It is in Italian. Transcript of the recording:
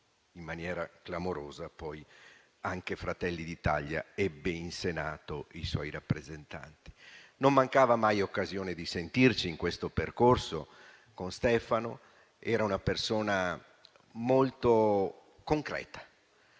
in maniera clamorosa anche Fratelli d'Italia ebbe i suoi rappresentanti in Senato. Non mancava mai occasione di sentirci in questo percorso con Stefano. Era una persona molto concreta,